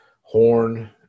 Horn